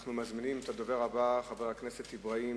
אנו מזמינים את הדובר הבא, חבר הכנסת אברהים